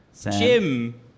Jim